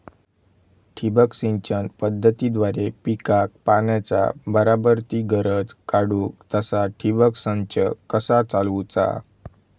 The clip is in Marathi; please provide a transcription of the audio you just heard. ठिबक सिंचन पद्धतीद्वारे पिकाक पाण्याचा बराबर ती गरज काडूक तसा ठिबक संच कसा चालवुचा?